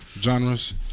genres